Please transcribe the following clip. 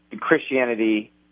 Christianity